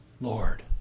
Lord